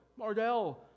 Mardell